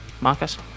marcus